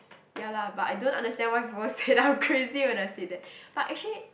ya lah but I don't understand why people say that I'm crazy when I say that but actually